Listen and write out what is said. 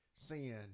Sin